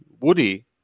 Woody